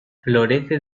florece